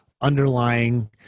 underlying